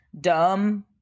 Dumb